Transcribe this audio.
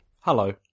Hello